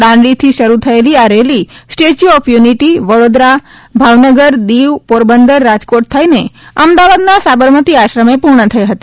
દાંડીથી શરૂ થયેલી આ રેલી Statue of Unity Vadodara Bhavnagar Diu Porbandar Rajkot થઈને અમદાવાદના સાબરમતી આશ્રમે પૂર્ણ થઈ હતી